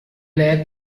nag